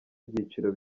ibyiciro